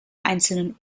einzelnen